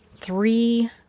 three